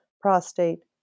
prostate